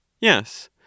yes